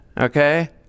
Okay